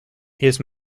his